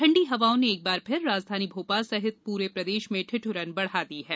ठंडी हवाओं ने एक बार फिर राजधानी भोपाल सहित पूरे प्रदेश में ठिद्रन बढ़ा दी है